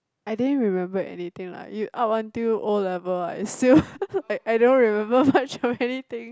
I didn't remember anything lah you up until O-level I still I I don't remember much of anything